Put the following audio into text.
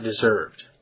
deserved